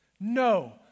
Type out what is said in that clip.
No